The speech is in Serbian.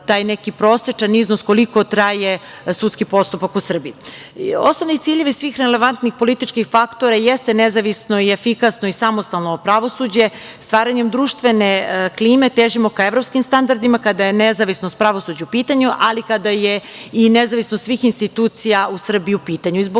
taj neki prosečan iznos koliko traje sudski postupak u Srbiji. Osnovni ciljevi svih relevantnih političkih faktora jeste nezavisno i efikasno i samostalno pravosuđe. Stvaranjem društvene klime težimo ka evropskim standardima, kada je nezavisnost pravosuđa u pitanju, ali kada je i nezavisnost svih institucija u Srbiji u pitanju. Zbog